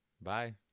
bye